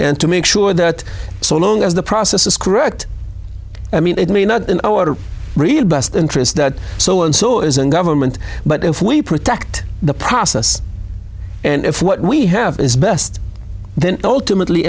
and to make sure that so long as the process is correct i mean it may not in our real best interests that so and so is in government but if we protect the process and if what we have is best